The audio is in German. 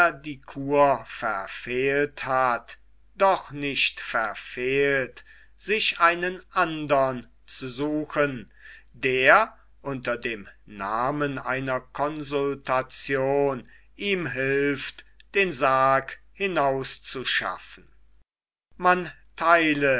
die kur verfehlt hat doch nicht verfehlt sich einen andern zu suchen der unter dem namen einer konsultation ihm hilft den sarg hinauszuschaffen man theile